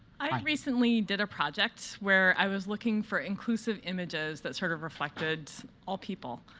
i recently did a project where i was looking for inclusive images that sort of reflected all people,